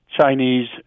Chinese